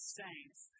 saints